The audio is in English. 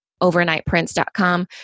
overnightprints.com